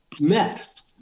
met